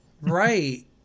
Right